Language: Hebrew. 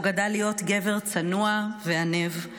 הוא גדל להיות גבר צנוע ועניו,